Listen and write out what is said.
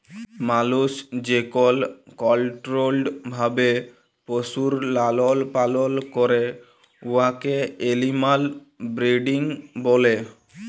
মালুস যেকল কলট্রোল্ড ভাবে পশুর লালল পালল ক্যরে উয়াকে এলিম্যাল ব্রিডিং ব্যলে